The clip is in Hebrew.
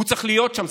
הוא צריך להיות שם,